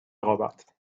رقابت